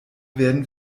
werden